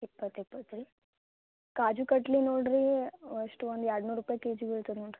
ಇಪ್ಪತ್ತು ಇಪ್ಪತ್ತು ರೀ ಕಾಜು ಕಟ್ಲಿ ನೋಡಿರಿ ಎಷ್ಟು ಒಂದು ಎರಡ್ನೂರು ರೂಪಾಯಿ ಕೆ ಜಿಗೆ ಬೀಳ್ತದೆ ನೋಡಿ ರಿ